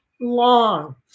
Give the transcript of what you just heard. long